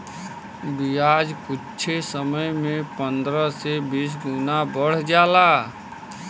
बियाज कुच्छे समय मे पन्द्रह से बीस गुना बढ़ जाला